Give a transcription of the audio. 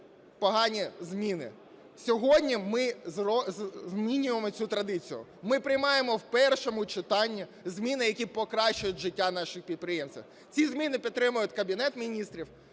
погані зміни. Сьогодні ми змінюємо цю традицію – ми приймаємо в першому читанні зміни, які покращують життя наших підприємців. Ці зміни підтримують Кабінет Міністрів,